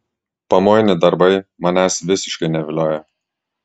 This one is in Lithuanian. pamoini darbai manęs visiškai nevilioja